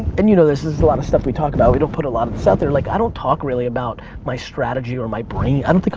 and you know this. this is a lot of stuff we talk about. we don't put a lot of this out there, like, i don't talk really about my strategy or my brain. i don't think,